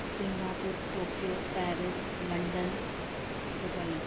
Singapore Tokyo Paris London Dubai